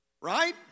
Right